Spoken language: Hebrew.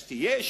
שתהיה,